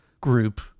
group